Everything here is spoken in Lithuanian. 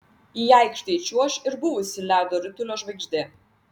į aikštę įčiuoš ir buvusi ledo ritulio žvaigždė